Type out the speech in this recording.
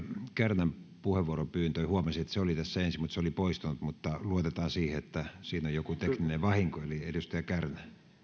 kärnän puheenvuoropyyntö oli ensin tässä mutta se oli poistunut mutta luotetaan siihen että siinä oli joku tekninen vahinko eli edustaja